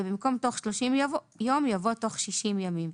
ובמקום "תוך שלושים יום" יבוא "תוך שישים ימים".